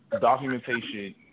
documentation